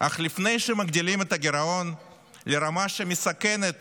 אך לפני שמגדילים את הגירעון לרמה שמסכנת